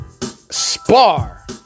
spar